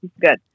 Good